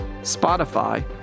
Spotify